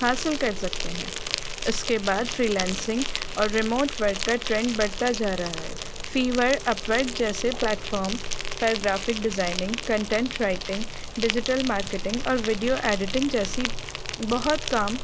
حاصل کر سکتے ہیں اس کے بعد فری لینسنگ اور ریموٹ ورک کا ٹرینڈ بڑھتا جا رہا ہے فیور اپورڈ جیسے پلیٹفارم پر graphic designing content writing digital marketing اور ویڈیو ایڈیٹنگ جیسی بہت کام